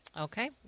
Okay